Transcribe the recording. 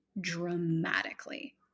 dramatically